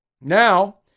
Now